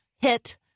hit